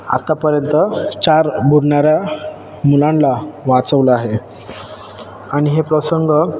आतापर्यंत चार बुडणाऱ्या मुलांला वाचवलं आहे आणि हे प्रसंग